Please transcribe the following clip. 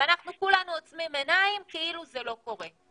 ואנחנו כולנו עוצמים עיניים כאילו זה לא קורה.